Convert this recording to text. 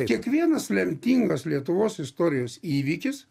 kiekvienas lemtingas lietuvos istorijos įvykis